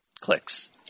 clicks